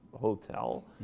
hotel